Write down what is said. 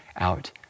out